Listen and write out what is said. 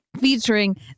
Featuring